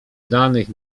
danych